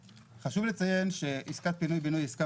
חשוב לציין שעסקת פינוי בינוי היא עסקה